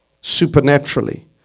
supernaturally